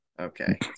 Okay